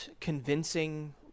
convincing